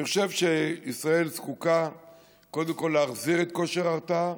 אני חושב שישראל זקוקה קודם כול להחזיר את כושר ההרתעה,